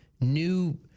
new